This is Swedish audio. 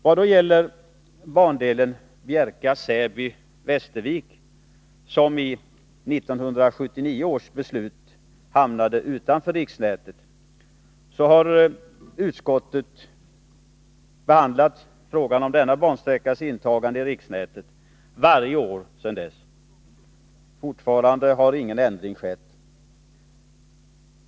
Vad gäller bandelen Bjärka/Säby-Västervik, som i 1979 års beslut hamnade utanför riksnätet, har utskottet behandlat frågan om denna bansträckas tillförande till riksnätet varje år sedan dess. Fortfarande har ingen ändring skett.